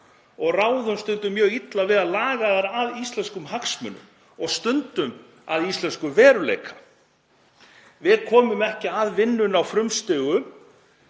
og ráðum stundum mjög illa við að laga þær að íslenskum hagsmunum og stundum að íslenskum veruleika. Við komum ekki að vinnunni á frumstigum